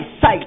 sight